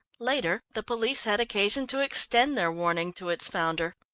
later, the police had occasion to extend their warning to its founder.